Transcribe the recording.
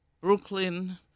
Brooklyn